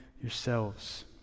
yourselves